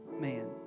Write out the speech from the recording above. man